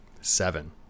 Seven